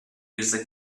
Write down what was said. use